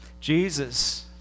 Jesus